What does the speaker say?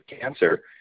cancer